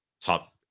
top